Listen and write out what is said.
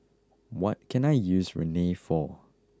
what can I use Rene for